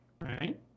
right